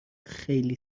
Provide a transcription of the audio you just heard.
خیلی